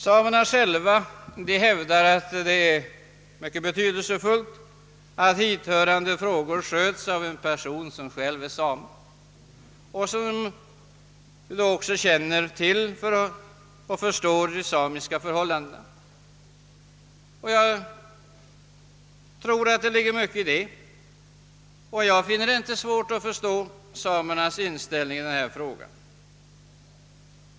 Samerna själva hävdar att det är mycket betydelsefullt att hithörande frågor sköts av en person som själv är same och därigenom känner till de samiska förhållandena. Jag tror att det ligger mycket i denna tanke och finner det inte svårt att förstå samernas inställning.